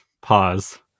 pause